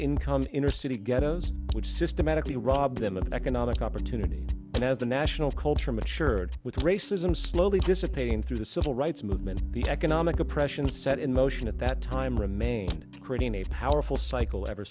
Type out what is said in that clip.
income inner city ghettos which systematically rob them of economic opportunity and as the national culture mature with racism slowly dissipating through the civil rights movement the economic oppression set in motion at that time remained pretty powerful cycle ever